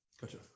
gotcha